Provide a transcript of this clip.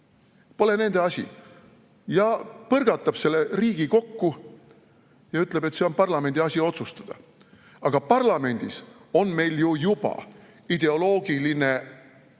pole nende asi –, põrgatab need Riigikokku ja ütleb, et see on parlamendi asi otsustada. Aga parlamendis on meil juba ideoloogiline,